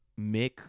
Mick